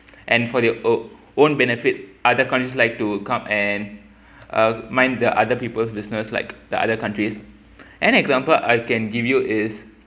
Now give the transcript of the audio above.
and for their own benefit other countries like to come and uh mind the other people's business like the other countries an example I can give you is